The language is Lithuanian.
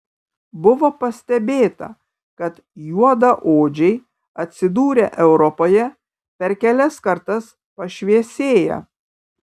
buvo pastebėta kad juodaodžiai atsidūrę europoje per kelias kartas pašviesėja